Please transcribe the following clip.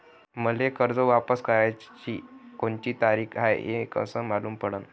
मले कर्ज वापस कराची कोनची तारीख हाय हे कस मालूम पडनं?